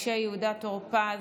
משה יהודה טור פז,